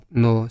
no